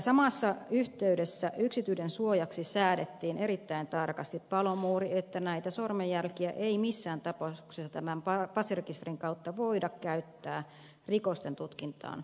samassa yh teydessä yksityisyyden suojaksi säädettiin erittäin tarkasti palomuuri että näitä sormenjälkiä ei missään tapauksessa passirekisterin kautta voida käyttää rikosten tutkintaan tai torjuntaan